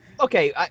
Okay